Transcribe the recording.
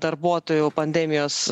darbuotojų pandemijos